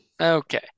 Okay